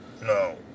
No